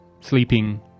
sleeping